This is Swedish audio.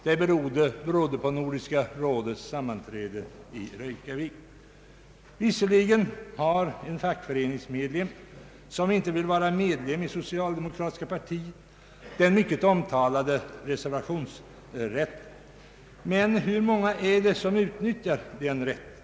Anledningen härtill var Nordiska rådets sammanträde i Reykjavik. Visserligen har en fackföreningsmedlem, som inte vill vara medlem i socialdemokratiska partiet, den mycket omtalade reservationsrätten. Men hur många är det som utnyttjar den rätten?